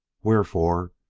wherefore,